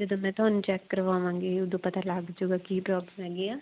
ਜਦੋਂ ਮੈਂ ਤੁਹਾਨੂੰ ਚੈੱਕ ਕਰਵਾਵਾਂਗੀ ਉਦੋਂ ਪਤਾ ਲੱਗ ਜਾਵੇਗਾ ਕੀ ਪ੍ਰੋਬਲਮ ਹੈਗੀ ਆ